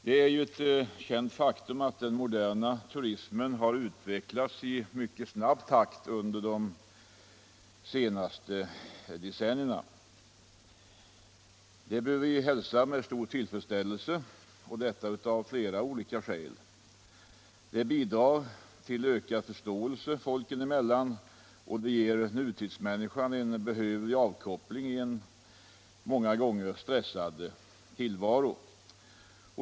Det är ju ett känt faktum att den moderna turismen har utvecklats i mycket snabb takt under de senaste decennierna. Det bör vi hälsa med stor tillfredsställelse och detta av flera olika skäl. Turismen bidrar till ökad förståelse folken emellan och ger nutidsmänniskan en behövlig avkoppling i en många gånger stressad tillvaro.